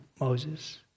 Moses